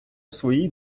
своїй